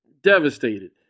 devastated